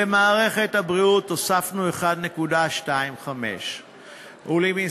למערכת הבריאות הוספנו 1.25 מיליארד,